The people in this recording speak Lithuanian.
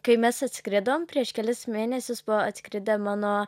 kai mes atskridom prieš kelis mėnesius buvo atskridę mano